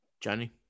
Johnny